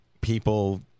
people